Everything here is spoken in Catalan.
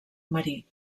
marí